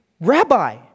Rabbi